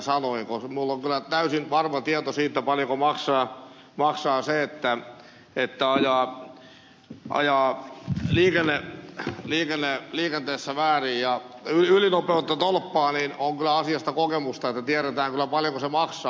minulla on kyllä täysin varma tieto siitä paljonko maksaa se että ajaa liikenteessä ylinopeutta tolppaan on kyllä asiasta kokemusta ja tiedetään kyllä paljonko se maksaa